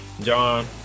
John